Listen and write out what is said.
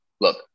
look